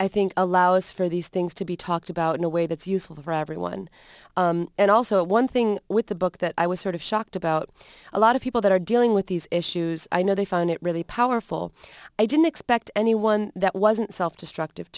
i think allows for these things to be talked about in a way that's useful for everyone and also one thing with the book that i was sort of shocked about a lot of people that are dealing with these issues i know they found it really powerful i didn't expect anyone that wasn't self destructive